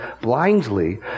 blindly